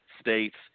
States